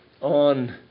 on